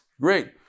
Great